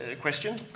question